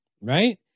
Right